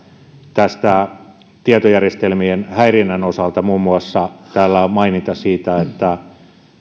tietojärjestelmien häirinnän osalta muun muassa täällä on maininta siitä että